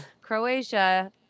Croatia